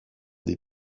des